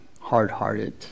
hard-hearted